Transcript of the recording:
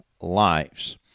lives